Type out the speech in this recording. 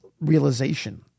realization